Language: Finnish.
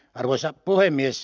arvoisa puhemies